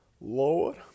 Lord